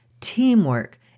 teamwork